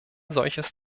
solches